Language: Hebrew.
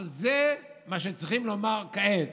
אבל זה מה שצריכים לומר כעת.